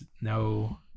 no